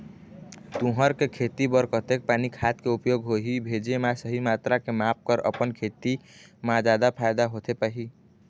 तुंहर के खेती बर कतेक पानी खाद के उपयोग होही भेजे मा सही मात्रा के माप कर अपन खेती मा जादा फायदा होथे पाही?